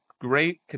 great